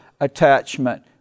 attachment